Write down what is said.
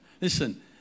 Listen